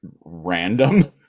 random